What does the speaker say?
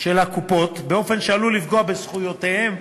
של הקופות באופן שעלול לפגוע בזכויותיהם.